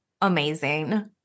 Amazing